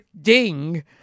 ding